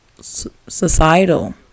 societal